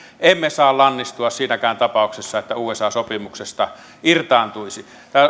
emme saa lannistua siinäkään tapauksessa että usa sopimuksesta irtaantuisi